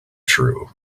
true